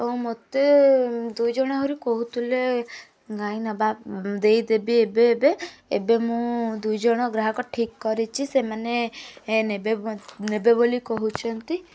ଆଉ ମୋତେ ଦୁଇ ଜଣ ଆହୁରି କହୁଥିଲେ ଗାଈ ନେବା ଦେଇ ଦେବି ଏବେ ଏବେ ଏବେ ମୁଁ ଦୁଇ ଜଣ ଗ୍ରାହକ ଠିକ୍ କରିଛି ସେମାନେ ଏ ନେବେ ନେବେ ବୋଲି କହୁଛନ୍ତି